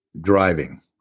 driving